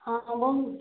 ହଁ ବୋଉ